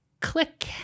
click